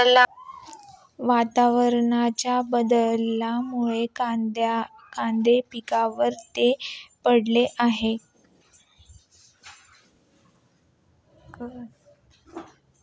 वातावरणाच्या बदलामुळे कांदा पिकावर ती पडली आहे